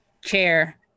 chair